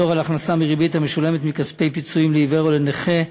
(פטור על הכנסה מריבית המשולמת מכספי פיצויים לעיוור או לנכה),